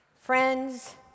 Friends